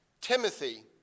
Timothy